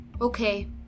Okay